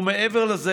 ומעבר לזה,